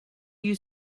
you